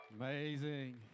Amazing